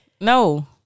no